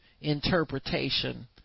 interpretation